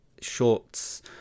shorts